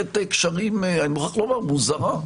מערכת קשרים מוזרה.